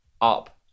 up